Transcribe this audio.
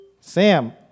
Sam